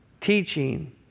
teaching